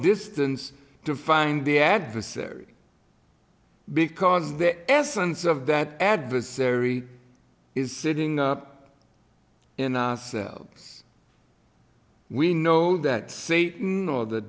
distance to find the adversary because the essence of that adversary is sitting up in ourselves we know that satan or the